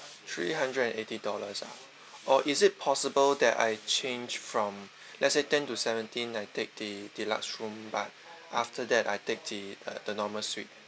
three hundred and eighty dollars ah or is it possible that I changed from let's say ten to seventeen I take the deluxe room but after that I take the uh the normal suite